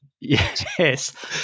Yes